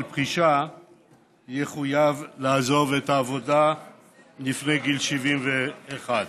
פרישה לעזוב את העבודה לפני גיל 71,